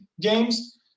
games